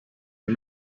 are